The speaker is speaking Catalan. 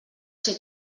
ser